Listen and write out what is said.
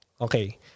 okay